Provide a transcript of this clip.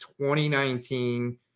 2019